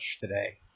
today